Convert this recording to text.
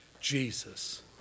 jesus